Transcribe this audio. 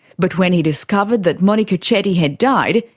but when he discovered that monika chetty had died,